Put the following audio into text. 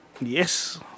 Yes